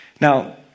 Now